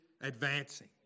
advancing